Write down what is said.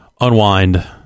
unwind